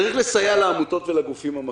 צריך לסייע לעמותות ולגופים המפעילים.